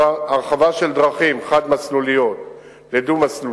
וכן, הרחבה של דרכים חד-מסלוליות לדו-מסלוליות,